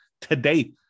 today